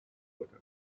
widow